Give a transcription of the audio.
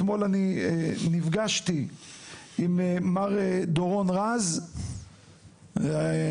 אתמול אני נפגשתי עם מר דורון רז והיה